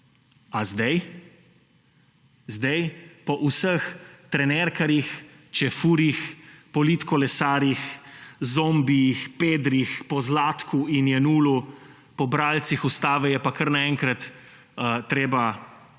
A zdaj? Zdaj? Po vseh trenerkarjih, čefurjih, politkolesarjih, zombijih, pedrih, po Zlatku in Jenullu, po bralcih ustave je pa kar naenkrat treba biti